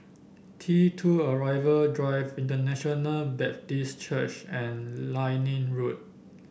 T two Arrival Drive International Baptist Church and Liane Road